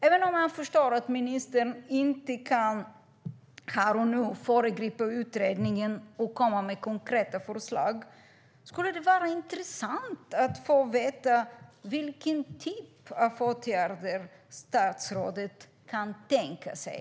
Även om jag förstår att ministern inte här och nu kan föregripa utredningen och komma med konkreta förslag skulle det vara intressant att få veta vilken typ av åtgärder som statsrådet kan tänka sig.